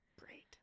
Great